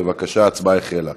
אני חושב שהיא תשמח.